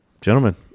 Gentlemen